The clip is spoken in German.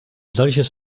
solches